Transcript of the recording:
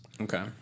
Okay